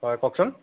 হয় কওকচোন